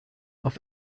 auf